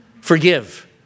Forgive